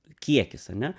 kiekis ane